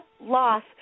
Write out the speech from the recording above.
loss